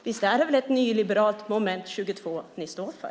Visst är det väl ett nyliberalt moment 22 ni står för?